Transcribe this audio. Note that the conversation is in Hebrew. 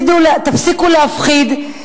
תפסיקו להפחיד,